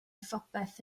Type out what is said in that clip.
phobeth